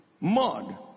mud